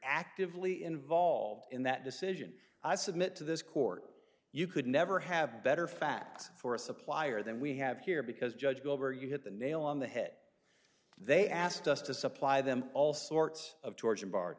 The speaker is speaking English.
actively involved in that decision i submit to this court you could never have better facts for a supplier than we have here because judge gober you hit the nail on the head they asked us to supply them all sorts of torsion bar